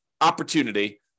opportunity